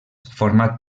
format